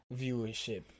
viewership